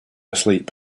asleep